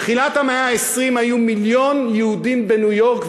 בתחילת המאה ה-20 היו מיליון יהודים בניו-יורק,